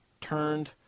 turned